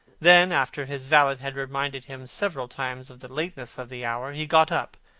then, after his valet had reminded him several times of the lateness of the hour, he got up,